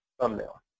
thumbnail